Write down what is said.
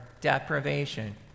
deprivation